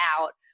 out